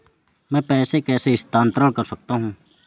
मैं पैसे कैसे स्थानांतरण कर सकता हूँ?